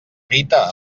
rita